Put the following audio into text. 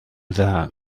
dda